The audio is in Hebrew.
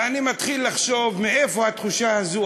ואני מתחיל לחשוב מאיפה התחושה הזאת,